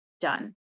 done